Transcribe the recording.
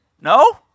No